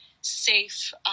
safe